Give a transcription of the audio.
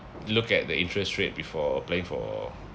look at the interest rate before applying for